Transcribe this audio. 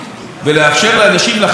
לחסוך גם בחשבון החשמל,